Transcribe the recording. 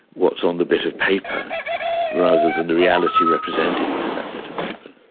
what's on the bit of paper rather than the reality represented by that bit of paper.